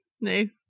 Nice